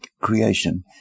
creation